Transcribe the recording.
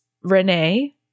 Renee